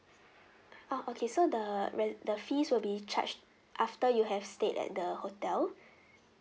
oh okay so the re~ the fees will be charged after you have stayed at the hotel